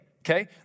okay